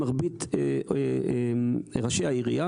שעם מרבית ראשי העיריות,